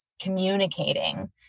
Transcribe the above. communicating